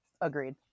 agreed